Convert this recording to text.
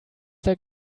their